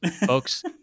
folks